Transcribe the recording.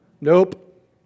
Nope